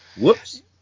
Whoops